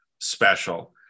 special